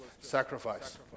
sacrifice